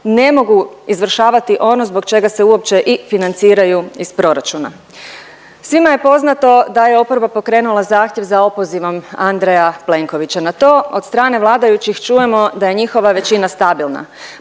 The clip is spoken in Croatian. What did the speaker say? ne mogu izvršavati ono zbog čega se uopće i financiraju iz proračuna. Svima je poznato da je oporba pokrenula zahtjev za opozivom Andreja Plenkovića, na to od strane vladajućih čujemo da je njihova većina stabilna.